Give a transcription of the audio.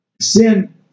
sin